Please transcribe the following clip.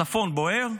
הצפון בוער.